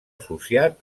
associat